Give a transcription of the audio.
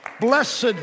Blessed